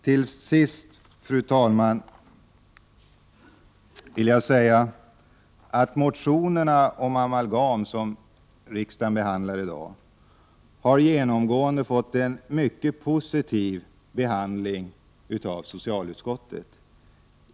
Till sist, fru talman, vill jag säga att motionerna om amalgam som riksdagen behandlar i dag genomgående har fått en mycket positiv behandling av socialutskottet.